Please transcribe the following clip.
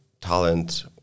talent